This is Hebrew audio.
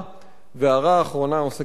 וההערה האחרונה עוסקת בדאגה.